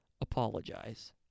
apologize